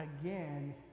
again